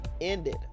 ended